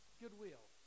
goodwill